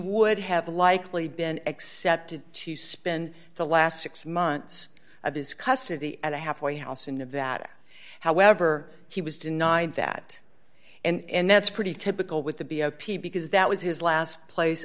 would have likely been accepted to spend the last six months of his custody at a halfway house in nevada however he was denied that and that's pretty typical with the b o p because that was his last place